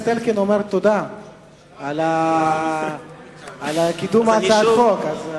חבר הכנסת אלקין אומר תודה על קידום הצעת החוק.